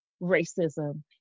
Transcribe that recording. racism